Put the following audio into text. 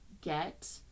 get